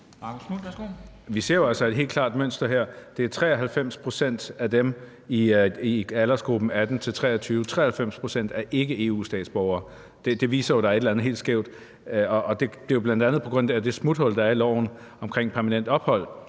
Vi ser jo altså et helt klart mønster her. Det er 93 pct. af dem i aldersgruppen 18-23, som ikke er EU-statsborgere. Det viser jo, at der er et eller andet helt skævt. Det er jo bl.a. på grund af det smuthul, der er i loven, omkring permanent ophold.